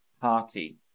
party